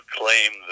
claim